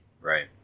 Right